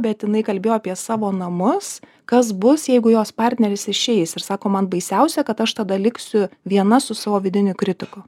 bet jinai kalbėjo apie savo namus kas bus jeigu jos partneris išeis ir sako man baisiausia kad aš tada liksiu viena su savo vidiniu kritiku